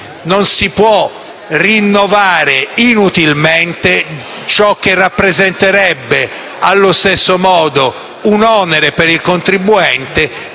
non si può rinnovare inutilmente ciò che rappresenterebbe, allo stesso modo, un onere per il contribuente.